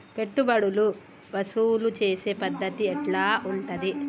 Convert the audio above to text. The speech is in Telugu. పెట్టుబడులు వసూలు చేసే పద్ధతి ఎట్లా ఉంటది?